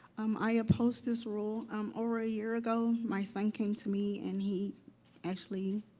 um, i oppose this rule. um, over a year ago, my son came to me, and he actually,